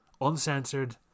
Uncensored